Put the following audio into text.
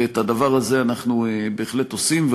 ואת הדבר הזה אנחנו בהחלט עושים.